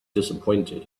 disappointed